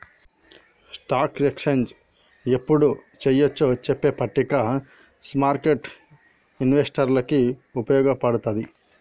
stock exchange యెప్పుడు చెయ్యొచ్చో చెప్పే పట్టిక స్మార్కెట్టు ఇన్వెస్టర్లకి వుపయోగపడతది